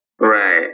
Right